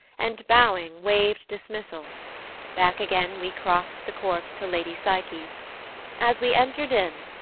and bowing waved dismissal back again we crost the court to lady psyche's as we entered in,